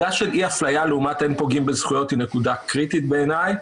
אי-אפליה לעומת "אין פוגעים בזכויות" היא קריטית בעיניי,